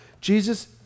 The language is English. Jesus